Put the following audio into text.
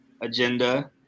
agenda